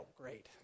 great